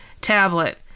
tablet